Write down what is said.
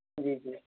जी जी